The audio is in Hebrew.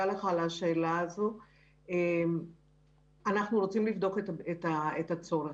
אנחנו רוצים לבדוק את הצורך.